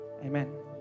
Amen